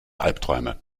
albträume